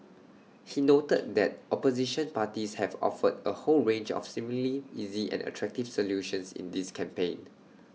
he noted that opposition parties have offered A whole range of seemingly easy and attractive solutions in this campaign